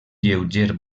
lleuger